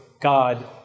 God